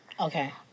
Okay